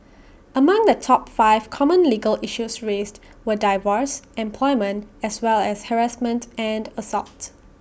among the top five common legal issues raised were divorce employment as well as harassment and assault